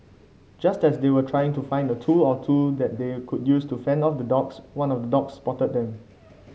just as they were trying to find a tool or two that they could use to fend off the dogs one of the dogs spotted them